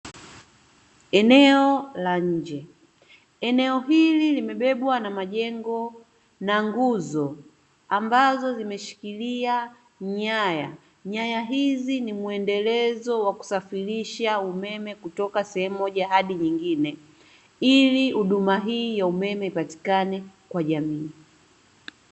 Eneo la nje, eneo hili limebebwa na majengo na nguzo ambazo zimeshikilia nyaya. Nyaya hizi ni mwendelezo wa kusafirisha umeme kutoka sehemu moja hadi nyingine, ili huduma hii ya umeme ipatikane kwa jamii.